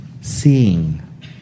Seeing